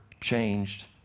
changed